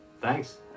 Thanks